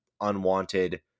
unwanted